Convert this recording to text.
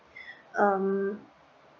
um